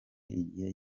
igihe